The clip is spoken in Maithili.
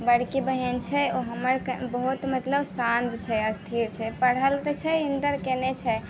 बड़की बहिन छै ओ हमर बहुत मतलब शान्त छै स्थिर छै पढ़ल तऽ छै इन्टर केने छै